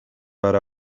per